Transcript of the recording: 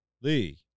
Lee